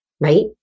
right